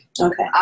Okay